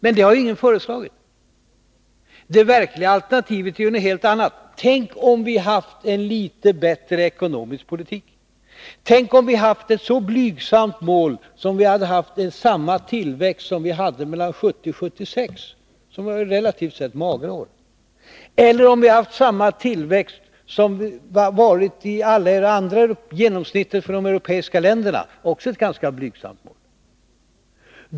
Men det har ingen föreslagit. Det verkliga alternativet är något helt annat. Tänk om vi hade haft en litet bättre ekonomisk politik. Tänk om vi hade haft ett så blygsamt mål som samma tillväxt som vi hade mellan 1970 och 1976, som var relativt sett magra år, eller om vi hade haft samma tillväxt som genomsnittet av alla de andra europeiska länderna — också det ett ganska blygsamt mål.